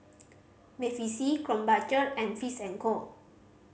Bevy C Krombacher and Fish and Co